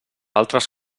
altres